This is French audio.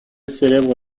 célèbre